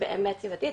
באמת סביבתית,